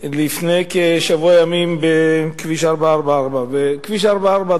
לפני כשבוע ימים בכביש 444. כביש 444,